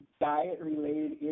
diet-related